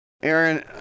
Aaron